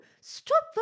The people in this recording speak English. Stop